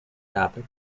topic